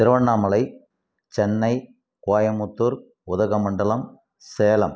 Tiruvannamalai Chennai Coimbatore Udhagamandalam Salem